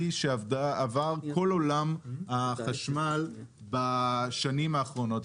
שעבר כל עולם החשמל בשנים האחרונות.